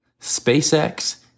SpaceX